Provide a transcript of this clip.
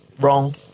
wrong